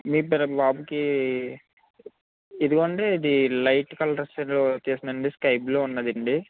మీ బాబుకి ఇదిగోండి ఇది లైట్ కలర్ షేడ్ తీస్తున్నానండి స్కై బ్లూ ఉందండి